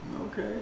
okay